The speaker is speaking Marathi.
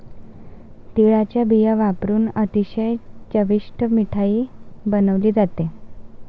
तिळाचा बिया वापरुन अतिशय चविष्ट मिठाई बनवली जाते